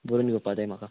बरोवन घेवपा जाय म्हाका